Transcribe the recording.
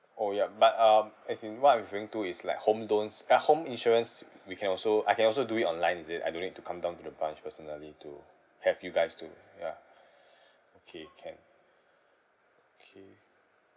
orh ya but um as in what I'm referring to is like home loans like home insurance we can also I can also do it online is it I don't need to come down to the branch personally to have you guys to ya okay can okay